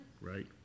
right